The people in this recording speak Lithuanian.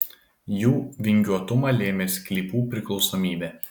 jų vingiuotumą lėmė sklypų priklausomybė